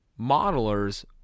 modelers